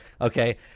okay